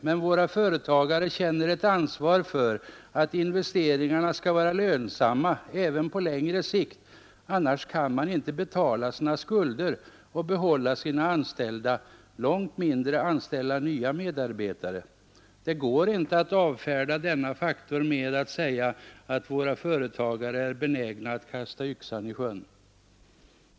Men våra företagare känner ett ansvar för att investeringarna skall vara lönsamma även på längre sikt, annars kan man inte betala sina skulder och behålla sina anställda — långt mindre anställa nya medarbetare. Det går inte att avfärda denna faktor med att säga att våra företagare är benägna att kasta yxan i sjön.